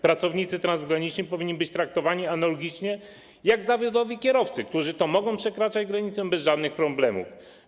Pracownicy transgraniczni powinni być traktowani tak jak zawodowi kierowcy, którzy mogą przekraczać granicę bez żadnych problemów.